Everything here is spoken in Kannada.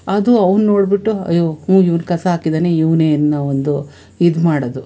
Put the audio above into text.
ಅದು ಅವ್ನು ನೋಡಿಬಿಟ್ಟು ಅಯ್ಯೋ ಹ್ಞೂ ಇವ್ನು ಕಸ ಹಾಕಿದ್ದಾನೆ ಇವನೆಇವನೇ ಅನ್ನೋ ಒಂದು ಇದ್ಮಾಡೋದು